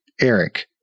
Eric